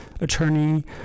attorney